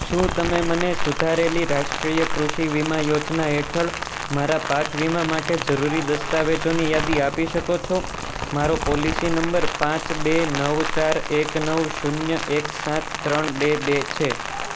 શું તમે મને સુધારેલી રાષ્ટ્રીય કૃષિ વીમા યોજના હેઠળ મારા પાક વીમા માટે જરૂરી દસ્તાવેજોની યાદી આપી શકો છો મારો પોલિસી નંબર પાંચ બે નવ ચાર એક નવ શૂન્ય એક સાત ત્રણ બે બે છે